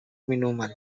minuman